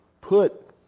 put